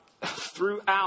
throughout